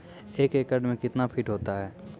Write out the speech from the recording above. एक एकड मे कितना फीट होता हैं?